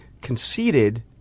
conceded